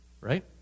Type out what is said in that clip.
right